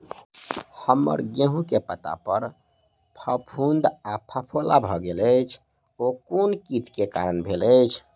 हम्मर गेंहूँ केँ पत्ता पर फफूंद आ फफोला भऽ गेल अछि, ओ केँ कीट केँ कारण भेल अछि?